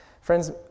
friends